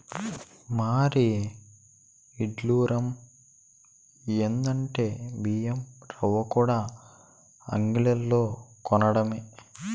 మరీ ఇడ్డురం ఎందంటే బియ్యం రవ్వకూడా అంగిల్లోనే కొనటమే